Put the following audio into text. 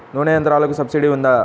నూనె యంత్రాలకు సబ్సిడీ ఉందా?